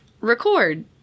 record